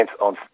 on